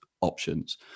options